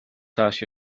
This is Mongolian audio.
цааш